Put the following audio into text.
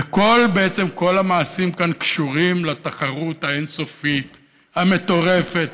בעצם כל המעשים כאן קשורים לתחרות האין-סופית המטורפת